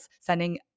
sending –